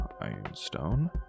ironstone